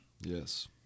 yes